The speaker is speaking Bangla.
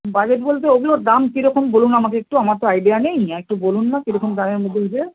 বাজেট বলতে ওগুলোর দাম কীরকম বলুন আমাকে একটু আমার তো আইডিয়া নেই একটু বলুন না কীরকম দামের মধ্যে